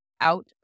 out